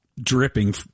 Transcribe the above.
dripping